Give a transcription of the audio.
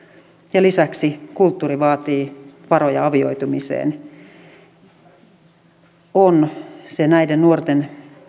ja lisäksi kulttuuri vaatii varoja avioitumiseen näiden nuorten